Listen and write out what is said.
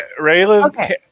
Raylan